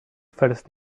first